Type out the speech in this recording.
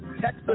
text